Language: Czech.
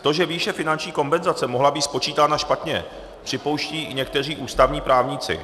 To, že výše finanční kompenzace mohla být spočítána špatně, připouští i někteří ústavní právníci.